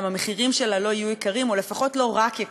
גם המחירים בה לא יהיו יקרים או לפחות לא רק יקרים,